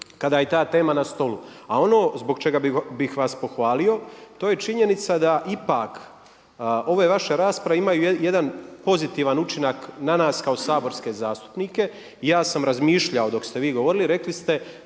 kada je ta tema na stolu. A ono zbog čega bih vas pohvalio to je činjenica da ipak ove vaše rasprave imaju jedan pozitivan učinak na nas kao saborske zastupnike. Ja sam razmišljao dok ste vi govorili, rekli ste